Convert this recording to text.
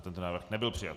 Tento návrh nebyl přijat.